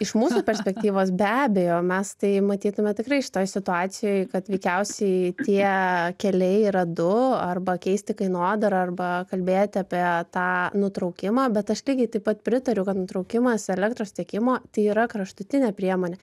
iš mūsų perspektyvos be abejo mes tai matytume tikrai šitoj situacijoj kad veikiausiai tie keliai yra du arba keisti kainodarą arba kalbėti apie tą nutraukimą bet aš lygiai taip pat pritariu kad nutraukimas elektros tiekimo tai yra kraštutinė priemonė